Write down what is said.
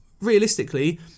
realistically